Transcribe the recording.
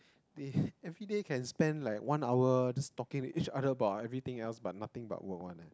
they everyday can spend like one hour just talking to each other about everything else but nothing about work one